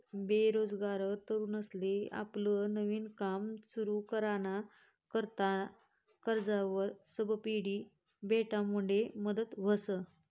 बेरोजगार तरुनसले आपलं नवीन काम सुरु कराना करता कर्जवर सबसिडी भेटामुडे मदत व्हस